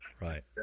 Right